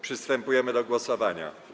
Przystępujemy do głosowania.